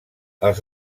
els